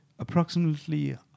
approximately